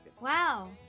Wow